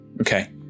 Okay